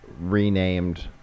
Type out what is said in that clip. renamed